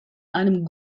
einem